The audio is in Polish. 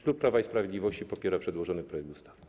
Klub Prawa i Sprawiedliwości popiera przedłożony projekt ustawy.